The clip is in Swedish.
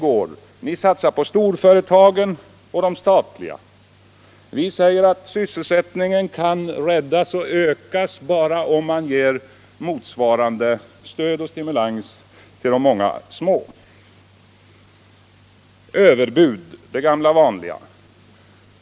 Regeringspartiet satsar på storföretagen och de statliga företagen, medan vi säger att sysselsättningen kan räddas och ökas bara om man ger motsvarande stöd och stimulans till de många småföretagen. Herr Palme talar om överbud — det gamla vanliga.